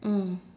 mm